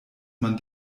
man